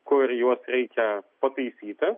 kur juos reikia pataisyti